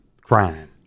crying